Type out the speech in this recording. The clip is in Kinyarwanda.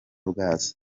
bwazo